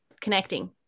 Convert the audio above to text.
connecting